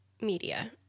media